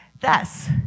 Thus